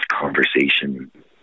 conversation